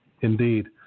Indeed